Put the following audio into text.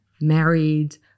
married